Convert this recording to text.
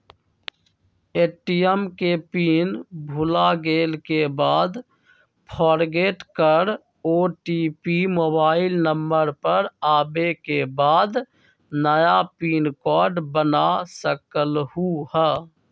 ATM के pin भुलागेल के बाद फोरगेट कर ओ.टी.पी मोबाइल नंबर पर आवे के बाद नया पिन कोड बना सकलहु ह?